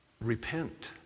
Repent